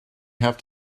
have